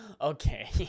okay